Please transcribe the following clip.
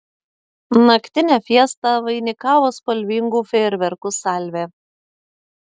naktinę fiestą vainikavo spalvingų fejerverkų salvė